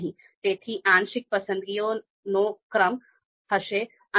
તેથી આપણે out ranking શાખા હેઠળ શ્રેષ્ઠ વિકલ્પ કહી રહ્યા નથી આપણે અતુલ્ય વિકલ્પો પર પણ પહોંચી શકીએ છીએ